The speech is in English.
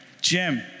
Jim